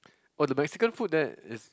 oh the Mexican food there is